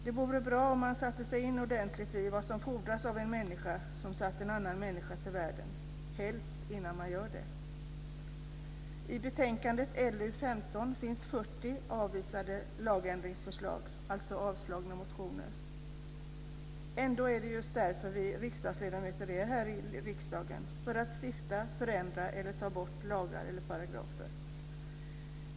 Det vore bra om man satte sig in ordentligt i vad som fordras av en människa som sätter en annan människa till världen, helst innan man också gör det. I betänkandet LU15 finns 40 avvisade lagändringsförslag, alltså avslagna motioner. Ändå är det just därför vi riksdagsledamöter är här i riksdagen; för att stifta, förändra eller ta bort lagar eller paragrafer.